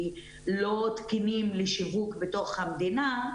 כלא תקינים לשיווק במדינה,